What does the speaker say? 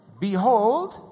behold